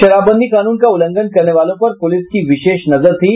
शराबबंदी कानून का उल्लंघन करने वालों पर पुलिस की विशेष नजर थी